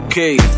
Okay